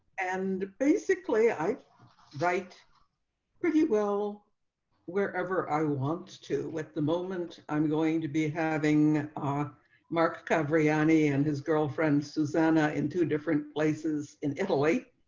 and basically i write pretty well wherever i want to with the moment i'm going to be having ah market kind of reality and his girlfriend susanna in two different places in italy,